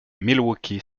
milwaukee